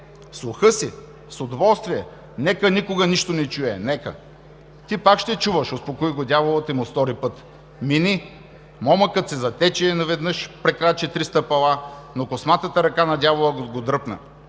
Слуха си? С удоволствие... Нека никога нищо не чуя, нека... – Ти пак ще чуваш! – успокои го Дяволът и му стори път. – Мини! Момъкът се затече, наведнъж прекрачи три стъпала, но косматата ръка на Дявола го дръпна: